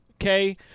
okay